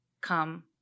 come